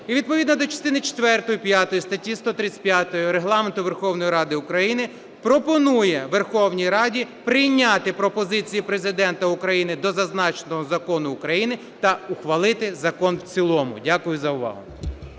І відповідно до частини четвертої, п'ятої статті 135 Регламенту Верховної Ради України пропонує Верховній Раді прийняти пропозиції Президента України до зазначеного закону України та ухвалити закон в цілому. Дякую за увагу.